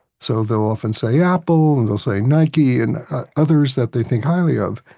so they'll often say apple and they'll say nike and others that they think highly of.